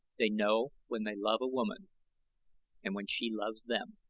they know when they love a woman and when she loves them.